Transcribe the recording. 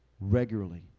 regularly